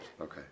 Okay